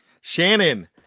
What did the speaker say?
Shannon